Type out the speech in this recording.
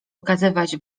ukazywać